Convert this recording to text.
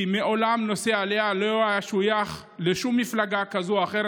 כי נושא העלייה לא שויך מעולם לשום מפלגה כזו או אחרת